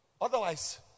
Otherwise